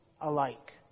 alike